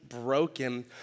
broken